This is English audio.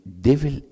devil